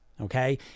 okay